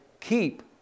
Keep